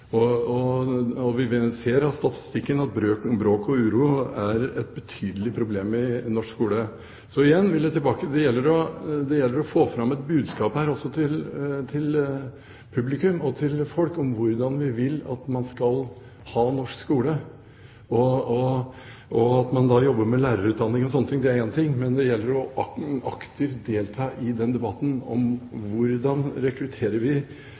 og vi ser av statistikken at bråk og uro er et betydelig problem i norsk skole. Så igjen vil jeg tilbake til at det gjelder å få fram et budskap her også til publikum, til folk, om hvordan vi vil at man skal ha norsk skole. At man jobber med lærerutdanning og sånne ting, er én ting, men det gjelder å delta aktivt i debatten om hvordan vi rekrutterer